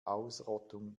ausrottung